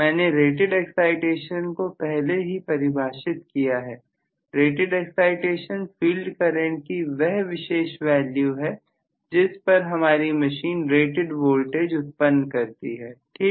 मैंने rated excitation को पहले ही परिभाषित किया है रेटेड एक्साइटेशन फील्ड करंट की वह विशेष वैल्यू है जिस पर हमारी मशीन रेटेड वोल्टेज उत्पन्न करती है ठीक